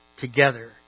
together